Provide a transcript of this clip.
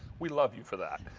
we love you for that.